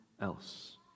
else